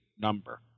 number